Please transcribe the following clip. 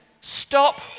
Stop